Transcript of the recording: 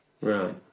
Right